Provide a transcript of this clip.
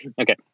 Okay